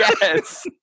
Yes